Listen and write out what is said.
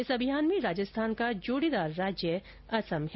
इस अभियान में राजस्थान का जोड़ीदार राज्य असम है